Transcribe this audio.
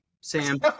Sam